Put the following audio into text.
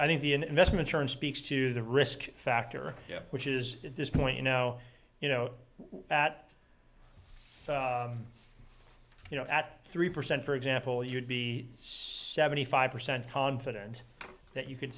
i think the investment churn speaks to the risk factor which is at this point you know you know that you know at three percent for example you'd be seventy five percent confident that you c